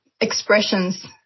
expressions